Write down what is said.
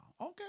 Okay